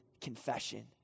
confession